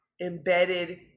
embedded